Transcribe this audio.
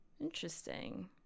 interesting